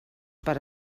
per